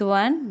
one